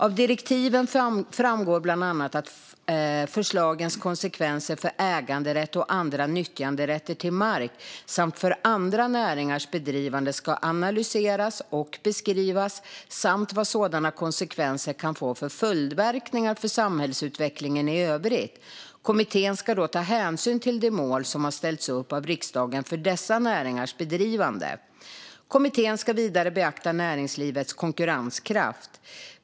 Av direktiven framgår bland annat att förslagens konsekvenser för äganderätt och andra nyttjanderätter till mark samt för andra näringars bedrivande ska analyseras och beskrivas, samt vad sådana konsekvenser kan få för följdverkningar för samhällsutvecklingen i övrigt. Kommittén ska då ta hänsyn till de mål som har ställts upp av riksdagen för dessa näringars bedrivande. Kommittén ska vidare beakta näringslivets konkurrenskraft.